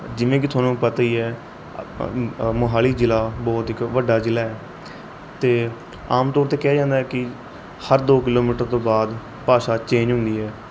ਜਿਵੇਂ ਕਿ ਤੁਹਾਨੂੰ ਪਤਾ ਹੀ ਹੈ ਮੋਹਾਲੀ ਜ਼ਿਲ੍ਹਾ ਬਹੁਤ ਇੱਕ ਵੱਡਾ ਜ਼ਿਲ੍ਹਾ ਹੈ ਅਤੇ ਆਮ ਤੌਰ 'ਤੇ ਕਿਹਾ ਜਾਂਦਾ ਹੈ ਕਿ ਹਰ ਦੋ ਕਿਲੋਮੀਟਰ ਤੋਂ ਬਾਅਦ ਭਾਸ਼ਾ ਚੇਂਜ ਹੁੰਦੀ ਹੈ